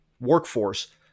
workforce